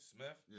Smith